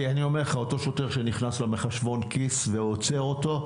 כי אותו שוטר שנכנס לו ועוצר אותו,